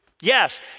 Yes